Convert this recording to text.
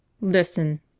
Listen